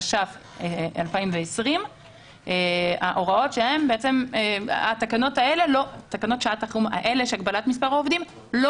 התש"ף 2020,". תקנות שעת חירום אלה של הגבלת מספר עובדים לא